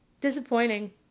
Disappointing